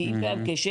כי אם קיים כשל,